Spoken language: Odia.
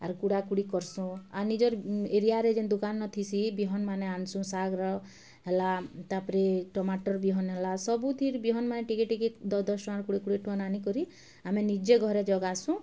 ଆର୍ କୁଡ଼ା କୁଡ଼ି କର୍ସୁଁ ଆର୍ ନିଜର୍ ଏରିଆରେ ଯେନ୍ ଦୋକାନ୍ ନଥିସି ବିହନ୍ମାନେ ଆନ୍ସୁଁ ଶାଗ୍ର ହେଲା ତା'ପରେ ଟମାଟର୍ ବିହନ୍ ହେଲା ସବୁଥିର୍ ବିହନ୍ମାନେ ଟିକେ ଟିକେ ଦଶ୍ ଦଶ୍ ଟଙ୍କାର କୁଡ଼େ କୁଡ଼େ ଟଙ୍କାର୍ ଆନିକରି ଆମେ ନିଜେ ଘରେ ଜଗାସୁଁ